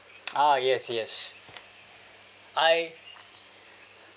ah yes yes I